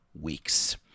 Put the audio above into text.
weeks